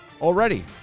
already